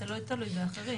אתה לא תלוי באחרים.